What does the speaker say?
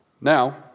Now